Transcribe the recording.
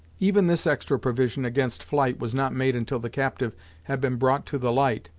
even this extra provision against flight was not made until the captive had been brought to the light,